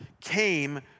came